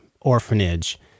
orphanage